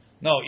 no